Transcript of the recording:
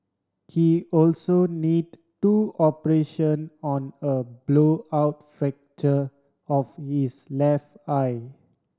he also need two operation on a blowout fracture of his left eye